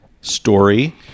story